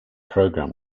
program